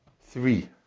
three